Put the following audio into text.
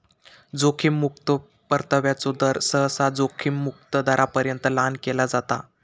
जोखीम मुक्तो परताव्याचो दर, सहसा जोखीम मुक्त दरापर्यंत लहान केला जाता